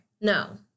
No